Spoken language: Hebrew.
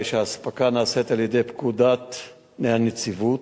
האספקה נעשית על-פי פקודת הנציבות,